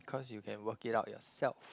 cause you can work it out yourself